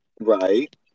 Right